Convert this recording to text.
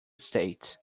states